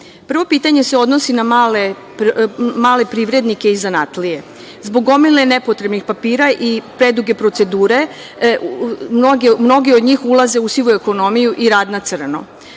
pitanje se odnosi na male privrednike i zanatlije. Zbog gomile nepotrebnih papira i preduge procedure mnogi od njih ulaze u sivu ekonomiju i rad na crno.